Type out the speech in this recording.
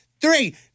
Three